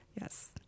Yes